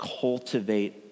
cultivate